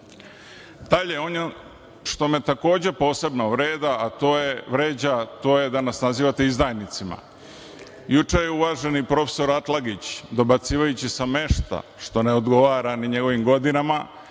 lako. Dalje, ono što me takođe posebno vređa, a to je da nas nazivate izdajnicima. Juče je uvaženi profesor Atlagić, dobacujući sa mesta, što ne odgovara ni njegovim godinama,